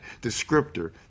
descriptor